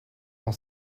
dans